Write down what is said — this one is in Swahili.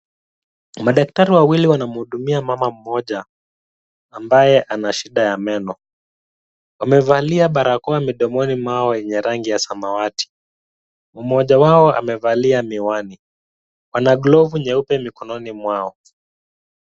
Madaktari wawili wanamuhudumia mama mmoja, ambaye ana shida ya meno. Wamevalia barakoa midomoni mwao yenye rangi ya samawati. Mmoja wao amevalia miwani. Wana glove nyeupe mikononi mwao.